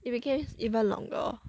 it became even longer